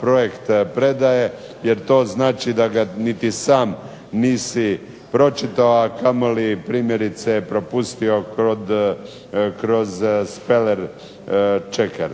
projekt predaje, jer to znači da ga niti sam nisi pročitao a kamoli primjerice propustio kroz speller secher.